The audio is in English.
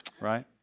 Right